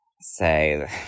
say